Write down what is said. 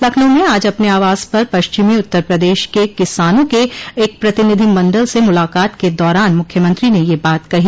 लखनऊ में आज अपने आवास पर पश्चिमी उत्तर प्रदेश के किसानों के एक प्रतिनिधिमण्डल से मुलाकात के दौरान मुख्यमंत्री ने यह बात कही